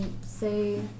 say